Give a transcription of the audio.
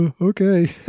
Okay